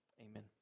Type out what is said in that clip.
amen